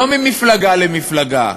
לא ממפלגה למפלגה,